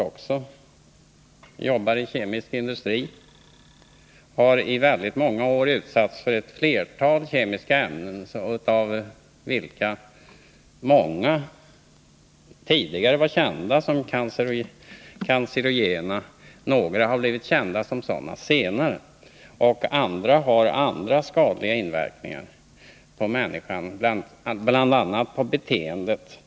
Jag jobbar i kemisk industri och har i väldigt många år utsatts för ett flertal kemiska ämnen, av vilka många tidigare var kända som cancerogena. Några har blivit kända som sådana senare, och några har andra skadliga inverkningar på människan, bl.a. på beteendet.